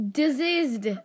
diseased